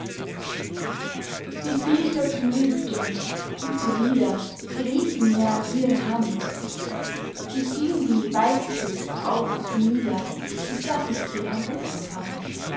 wieviel vergnügt und gute lieder gerieten mir an ihrer hand ich ging die weistritz auf und nieder bis daß ich sie am ufer fand